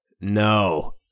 No